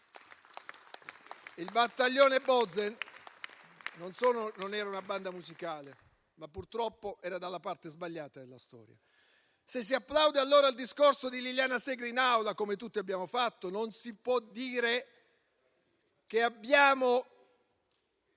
Il battaglione Bozen non solo non era una banda musicale, ma purtroppo era dalla parte sbagliata della storia. Se si applaude il discorso di Liliana Segre in Aula, come tutti abbiamo fatto, non si può dire che abbiamo